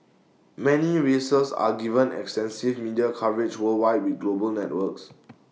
many races are given extensive media coverage worldwide with global networks